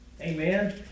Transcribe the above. Amen